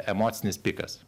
emocinis pikas